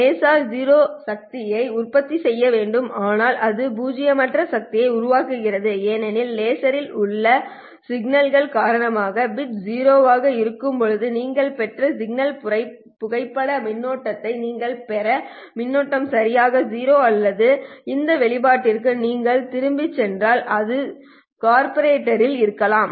laser 0 சக்தியை உற்பத்தி செய்ய வேண்டும் ஆனால் அது பூஜ்ஜியமற்ற சக்தியை உருவாக்குகிறது ஏனெனில் லேசரில் உள்ள சிக்கல்கள் காரணமாக பிட் 0 ஆக இருக்கும்போது நீங்கள் பெற்ற சிக்னல் புகைப்பட மின்னோட்டத்தை நீங்கள் பெறும் மின்னோட்டம் சரியாக 0 அல்ல இந்த வெளிப்பாட்டிற்கு நீங்கள் திரும்பிச் சென்றால் அது கார்ப்பரேட்டிலும் இருக்கலாம்